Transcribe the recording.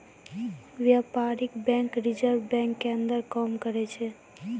व्यपारीक bank reserve bank के अंदर काम करै छै